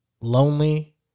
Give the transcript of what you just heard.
lonely